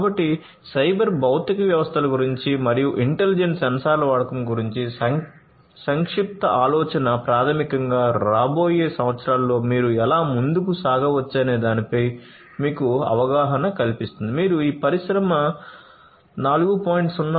కాబట్టి సైబర్ భౌతిక వ్యవస్థల గురించి మరియు ఇంటెలిజెంట్ సెన్సార్ల వాడకం గురించి సంక్షిప్త ఆలోచన ప్రాథమికంగా రాబోయే సంవత్సరాల్లో మీరు ఎలా ముందుకు సాగవచ్చనే దానిపై మీకు అవగాహన కల్పిస్తుంది మీరు మీ పరిశ్రమను పరిశ్రమ 4